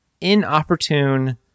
inopportune